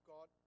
God